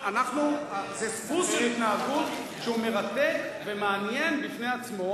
זה דפוס של התנהגות שהוא מרתק ומעניין בפני עצמו,